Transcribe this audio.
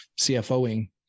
CFOing